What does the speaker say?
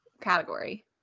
category